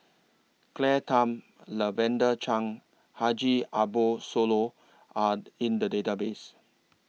Claire Tham Lavender Chang and Haji Ambo Sooloh Are in The Database